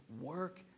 work